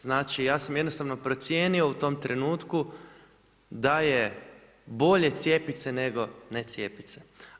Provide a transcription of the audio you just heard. Znači, ja sam jednostavno procijenio u tom trenutku da je bolje cijepiti se nego ne cijepit se.